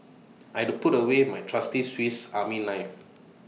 I'd to put away my trusty Swiss army knife